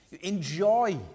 enjoy